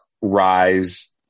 rise